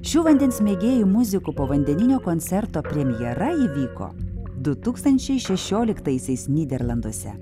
šių vandens mėgėjų muzikų povandeninio koncerto premjera įvyko du tūkstančiai šešioliktaisiais nyderlanduose